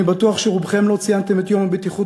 אני בטוח שרובכם לא ציינתם את יום הבטיחות